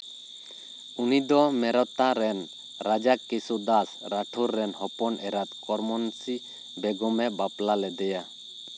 ᱩᱱᱤᱫᱚ ᱢᱮᱨᱚᱛᱟ ᱨᱮᱱ ᱨᱟᱡᱟ ᱠᱮᱥᱳᱫᱟᱥ ᱨᱟᱴᱷᱳᱨ ᱨᱮᱱ ᱦᱚᱯᱚᱱ ᱮᱨᱟᱛ ᱠᱚᱨᱢᱚᱱᱥᱤ ᱵᱮᱜᱚᱢᱮ ᱵᱟᱯᱞᱟ ᱞᱮᱫᱮᱭᱟ